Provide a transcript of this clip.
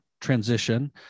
transition